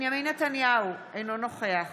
בנימין נתניהו, אינו נוכח